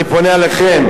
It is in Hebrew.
אני פונה אליכם.